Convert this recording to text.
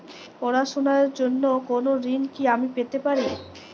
পড়াশোনা র জন্য কোনো ঋণ কি আমি পেতে পারি?